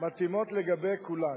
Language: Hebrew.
מתאימות לגבי כולן.